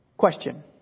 question